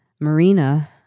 Marina